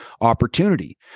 opportunity